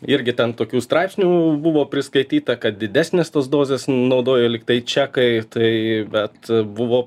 irgi ten tokių straipsnių buvo priskaityta kad didesnes tas dozes naudojo lyg tai čekai tai bet buvo